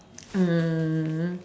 um